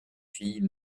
fille